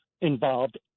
involved